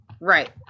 Right